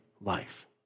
life